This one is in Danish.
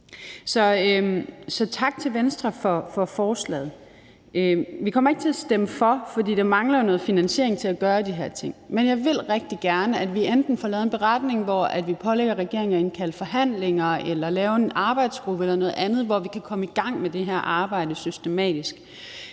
Så tak til Venstre for forslaget. Vi kommer ikke til at stemme for, fordi der mangler noget finansiering til at gøre de her ting. Men jeg vil rigtig gerne, at vi enten får lavet en beretning, hvor vi pålægger regeringen at indkalde til forhandlinger, eller laver en arbejdsgruppe eller noget andet, hvor vi kan komme i gang med det her arbejde systematisk.